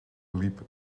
liep